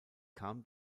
kam